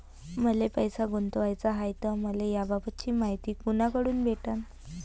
मले पैसा गुंतवाचा हाय तर मले याबाबतीची मायती कुनाकडून भेटन?